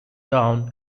down